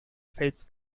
fels